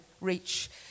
reach